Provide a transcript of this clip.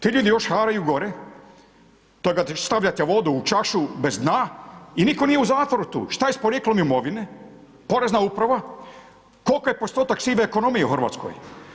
Ti ljudi još haraju gore, to kad stavljate vodu u čašu bez dna i nitko nije u zatvoru tu, šta je sa porijeklom imovine, Porezna uprava, koliki je postotak sive ekonomije u Hrvatskoj?